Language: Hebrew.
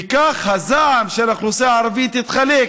וכך הזעם של האוכלוסייה הערבית יתחלק: